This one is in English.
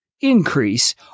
increase